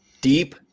Deep